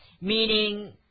meaning